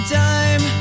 time